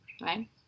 right